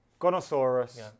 Gonosaurus